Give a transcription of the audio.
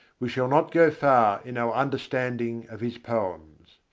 we shall not go far in our understanding of his poems.